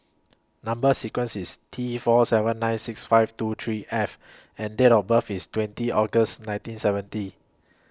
Number sequence IS T four seven nine six five two three F and Date of birth IS twenty August nineteen seventy